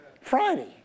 Friday